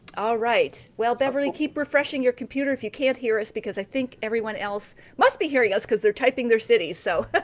all right, well, beverly keep refreshing your computer if you can't hear us because i think everyone else must be hearing us because they're typing their cities. so but